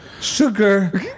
Sugar